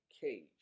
cage